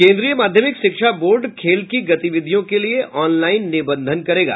केन्द्रीय माध्यमिक शिक्षा बोर्ड खेल की गतिविधियों के लिए ऑनलाईन निबंधन करेगा